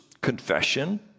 confession